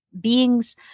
beings